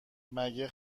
مگه